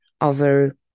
over